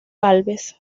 gálvez